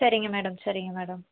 சரிங்க மேடம் சரிங்க மேடம்